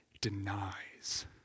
denies